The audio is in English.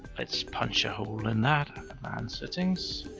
let's punch a hole in that. advanced settings.